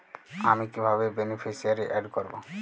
আমি কিভাবে beneficiary add করব?